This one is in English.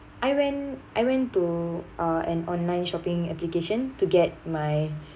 I went I went to a an online shopping application to get my